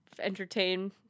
entertain